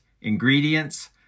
ingredients